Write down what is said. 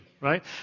right